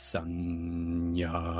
Sanya